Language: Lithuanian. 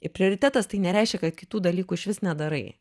ir prioritetas tai nereiškia kad kitų dalykų išvis nedarai